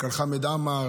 החוק, הגיע לא